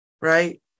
right